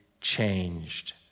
changed